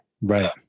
Right